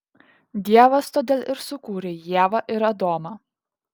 dievas todėl ir sukūrė ievą ir adomą